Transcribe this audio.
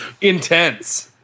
intense